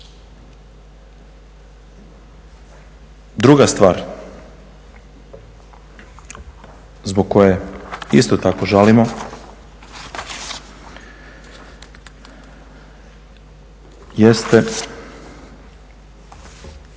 Druga stvar, zbog koje isto tako žalimo jeste